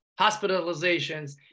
hospitalizations